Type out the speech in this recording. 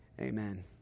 Amen